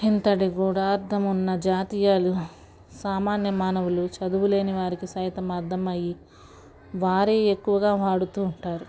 ఇంతటి గూడార్థం ఉన్న జాతీయాలు సామాన్య మానవులు చదువు లేని వారికి సైతం అర్ధం అయ్యి వారే ఎక్కువగా వాడుతూ ఉంటారు